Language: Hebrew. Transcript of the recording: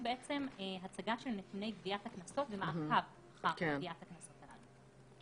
הצגה של נתוני גביית הקנסות ומעקב אחר גביית הקנסות הללו.